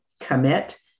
commit